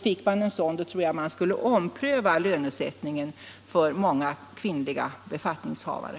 Fick man en sådan tror jag att man skulle ompröva lönesättningen för många kvinnliga befattningshavare.